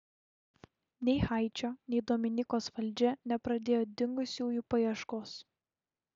nei haičio nei dominikos valdžia nepradėjo dingusiųjų paieškos